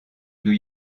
new